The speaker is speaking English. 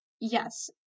yes